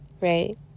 right